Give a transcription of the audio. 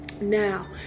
Now